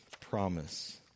promise